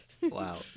Wow